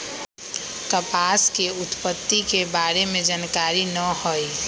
कपास के उत्पत्ति के बारे में जानकारी न हइ